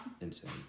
Insane